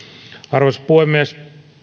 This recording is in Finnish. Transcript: arvoisa puhemies